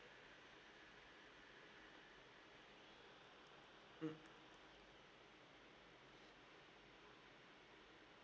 mm